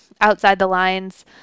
outside-the-lines